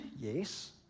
Yes